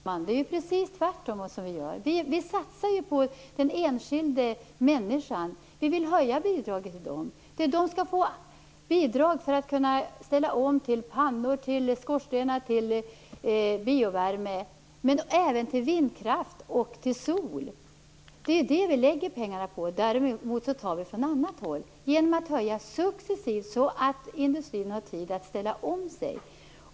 Herr talman! Vi gör precis tvärtom. Vi satsar ju på de enskilda människorna. Vi vill höja bidraget till dem. De skall få bidrag för att kunna ställa om till pannor, till skorstenar, till biovärme och även till vindkraft och till solenergi. Det är det som vi lägger pengarna på. Däremot tar vi från annat håll genom att successivt höja priserna, så att industrin har tid att ställa om sig.